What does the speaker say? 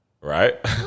right